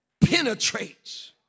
Penetrates